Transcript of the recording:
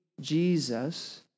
Jesus